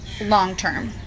long-term